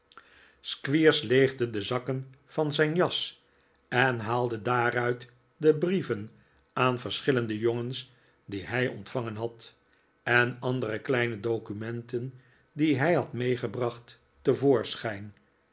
squeers leegde de zakken van zijn jas en haalde daaruit de brieven aan verschillende jongens die hij ontvangen had en andere kleine documenten die hij had meegebracht